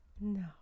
No